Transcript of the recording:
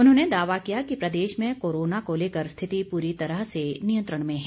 उन्होंने दावा किया कि प्रदेश में कोरोना को लेकर स्थिति पूरी तरह से नियंत्रण में है